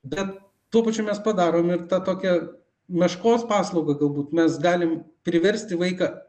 bet tuo pačiu mes padarom ir tą tokią meškos paslaugą galbūt mes galim priversti vaiką